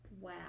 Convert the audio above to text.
Wow